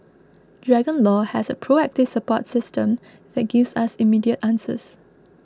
Dragon Law has a proactive support system that gives us immediate answers